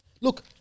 Look